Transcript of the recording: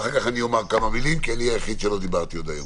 אחר כך אני אומר כמה מילים כי אני היחיד שלא דיבר היום.